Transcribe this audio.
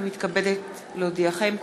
מתכבדת להודיעכם,